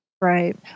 Right